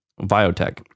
Biotech